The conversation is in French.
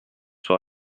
soit